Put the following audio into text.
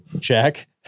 check